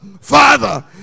father